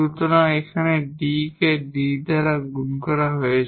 সুতরাং এখানে D কে D দ্বারা গুণ করা হয়েছে